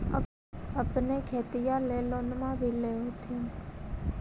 अपने खेतिया ले लोनमा भी ले होत्थिन?